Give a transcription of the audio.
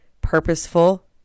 purposeful